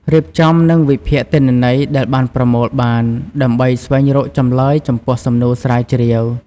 រៀបចំ និងវិភាគទិន្នន័យដែលបានប្រមូលបាន ដើម្បីស្វែងរកចម្លើយចំពោះសំណួរស្រាវជ្រាវ។